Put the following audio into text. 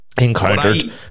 encountered